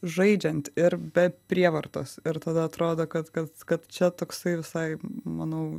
žaidžiant ir be prievartos ir tada atrodo kad kad kad čia toksai visai manau